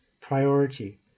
priority